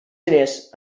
diners